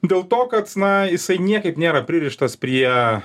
dėl to kad na jisai niekaip nėra pririštas prie